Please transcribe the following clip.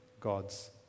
God's